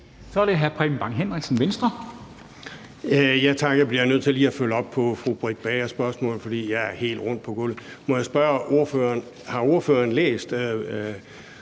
Så er det hr.